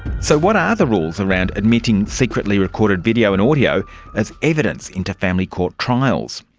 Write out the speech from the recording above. so what are the rules around admitting secretly recorded video and audio as evidence into family court trials?